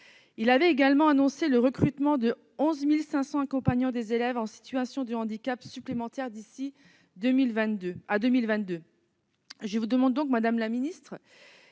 Il avait également annoncé le recrutement de 11 500 accompagnants des élèves en situation de handicap supplémentaires d'ici à 2022. Par conséquent, madame la secrétaire